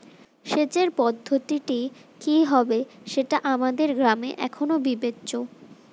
সেচের পদ্ধতিটি কি হবে সেটা আমাদের গ্রামে এখনো বিবেচ্য